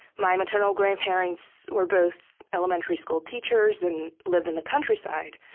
my maternal grandparents were both elementary school teachers and lived in the countryside.